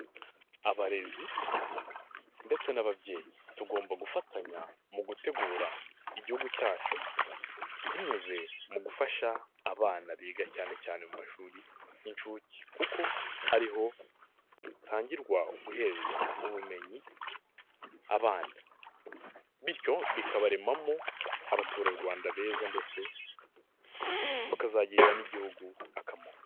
Abarezi ndetse n'ababyeyi, tugomba gufatanya mu gutegura igihugu cyacu, binyuze mu gufasha abana biga cyane cyane mu mashuri y'inshuke, kuko ariho hatangirwa guherwa ubumenyi abana, bityo bikabaremamo abaturarwanda beza ndetse bakazagirira n'igihugu akamaro.